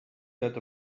that